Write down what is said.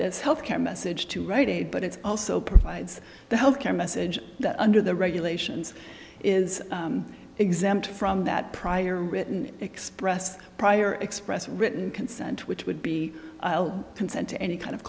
this health care message to rite aid but it also provides the health care message that under the regulations is exempt from that prior written expressed prior express written consent which would be consent to any kind of